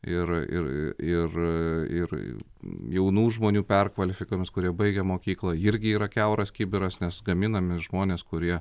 ir ir ir ir jaunų žmonių perkvalifikavimas kurie baigę mokyklą irgi yra kiauras kibiras nes gaminami žmonės kurie